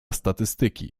statystyki